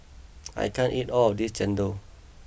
I can't eat all of this Chendol